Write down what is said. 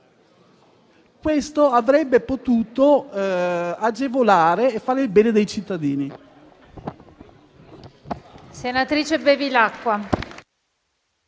avrebbero potuto agevolare e fare il bene dei cittadini.